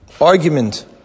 Argument